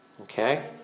okay